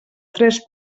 tres